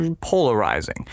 polarizing